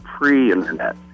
pre-internet